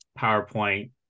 PowerPoint